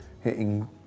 hitting